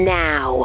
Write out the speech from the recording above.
now